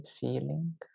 feeling